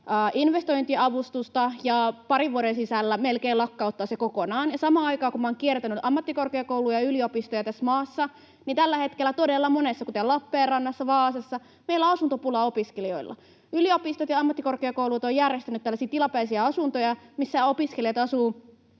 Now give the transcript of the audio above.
investointiavustusta ja parin vuoden sisällä lakkauttaa sen melkein kokonaan. Kun minä olen kiertänyt ammattikorkeakouluja ja yliopistoja tässä maassa, niin tällä hetkellä todella monessa paikassa, kuten Lappeenrannassa ja Vaasassa, meillä on asuntopula opiskelijoilla. Yliopistot ja ammattikorkeakoulut ovat järjestäneet tällaisia tilapäisiä asuntoja, missä opiskelijat asuvat